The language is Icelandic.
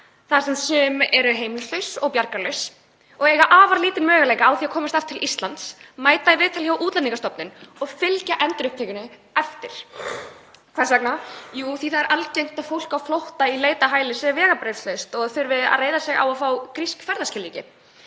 þar sem sum eru heimilislaus og bjargarlaus og eiga afar lítinn möguleika á því að komast til Íslands, mæta í viðtal hjá Útlendingastofnun og fylgja endurupptökunni eftir. Hvers vegna? Jú, því það er algengt að fólk á flótta í leit að hæli sé vegabréfslaust og þurfi að reiða sig á að fá grísk ferðaskilríki